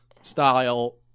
style